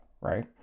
right